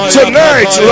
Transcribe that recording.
Tonight